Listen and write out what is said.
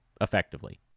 effectively